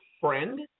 friend